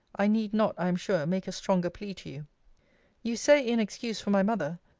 i need not, i am sure, make a stronger plea to you. you say, in excuse for my mother,